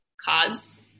cause